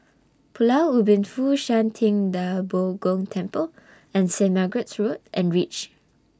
Pulau Ubin Fo Shan Ting DA Bo Gong Temple and Saint Margaret's Road and REACH